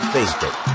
Facebook